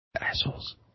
Assholes